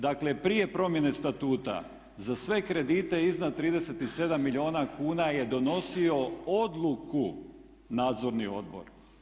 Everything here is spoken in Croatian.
Dakle, prije promjene Statuta za sve kredite iznad 37 milijuna kuna je donosio odluku Nadzorni odbor.